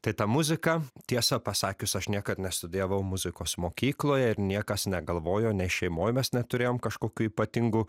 tai ta muzika tiesą pasakius aš niekad nestudijavau muzikos mokykloje ir niekas negalvojo nes šeimoj mes neturėjom kažkokių ypatingų